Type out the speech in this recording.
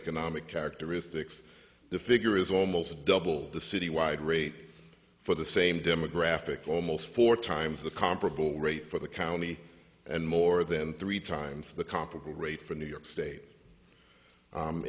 economic characteristics the figure is almost double the citywide rate for the same demographic almost four times the comparable rate for the county and more than three times the comparable rate for new york state